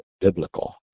biblical